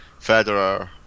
Federer